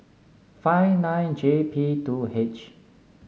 five nine J P two H